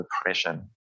oppression